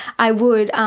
i would, um